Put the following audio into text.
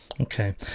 okay